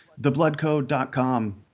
Thebloodcode.com